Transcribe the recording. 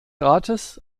rates